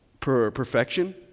perfection